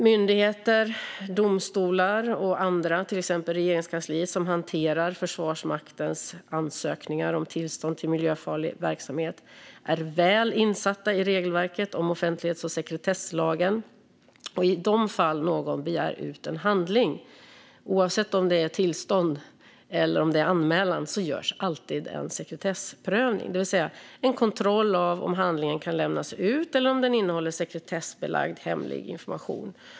Myndigheter, domstolar och andra, till exempel Regeringskansliet, som hanterar Försvarsmaktens ansökningar om tillstånd till miljöfarlig verksamhet är väl insatta i regelverket i offentlighets och sekretesslagen. I det fall någon begär ut en handling, oavsett om det är fråga om tillstånd eller anmälan, görs alltid en sekretessprövning, det vill säga en kontroll av om handlingen kan lämnas ut eller om den innehåller sekretessbelagd hemlig information.